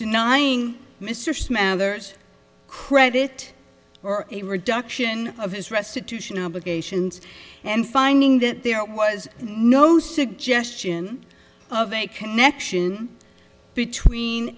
denying mr smathers credit or a reduction of his restitution obligations and finding that there was no suggestion of a connection between